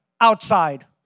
outside